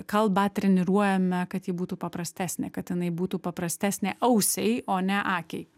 kalbą treniruojame kad ji būtų paprastesnė kad jinai būtų paprastesnė ausiai o ne akiai